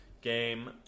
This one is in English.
Game